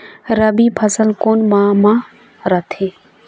रबी फसल कोन माह म रथे?